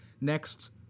next